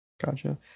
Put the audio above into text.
Gotcha